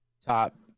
top